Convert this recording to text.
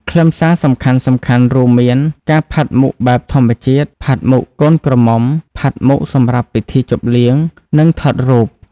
ខ្លឹមសារសំខាន់ៗរួមមាន ការផាត់មុខបែបធម្មជាតិ ផាត់មុខកូនក្រមុំ ផាត់មុខសម្រាប់ពិធីជប់លៀង និងថតរូប។